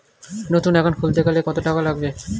নতুন একাউন্ট খুলতে গেলে কত টাকা লাগবে?